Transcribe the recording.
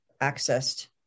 accessed